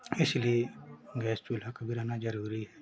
इसलिए गैस चूल्हा का भी रहना ज़रूरी है